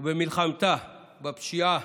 ובמלחמתה בפשיעה